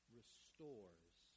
restores